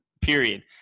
period